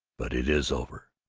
but it is over.